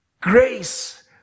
grace